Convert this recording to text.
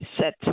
set